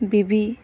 বিবি